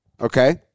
Okay